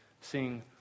seeing